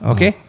Okay